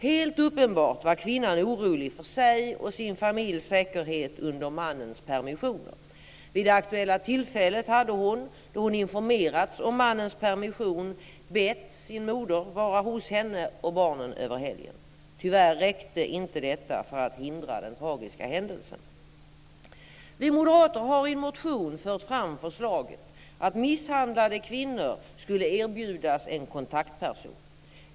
Helt uppenbart var kvinnan orolig för sig och sin familjs säkerhet under mannens permissioner. Vid det aktuella tillfället hade hon, då hon informerats om mannens permission, bett sin moder att vara hos henne och barnen över helgen. Tyvärr räckte inte detta för att hindra den tragiska händelsen. Vi moderater har i en motion fört fram förslaget att misshandlade kvinnor ska erbjudas en kontaktperson.